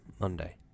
Monday